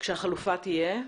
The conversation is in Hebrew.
כשהחלופה תהיה?